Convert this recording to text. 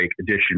edition